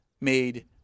made